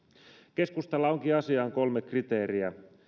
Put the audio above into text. keskustalla onkin asiaan kolme kriteeriä